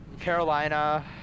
Carolina